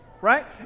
right